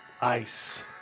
ice